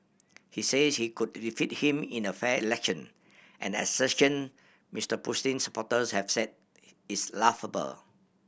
he says he could defeat him in a fair election an assertion Mister Putin's supporters have said is laughable